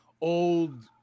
old